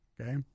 okay